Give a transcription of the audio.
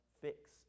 fix